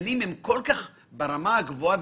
בפועל לא הייתה בדיקה רוחבית ומשמעותית.